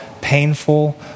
painful